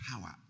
Power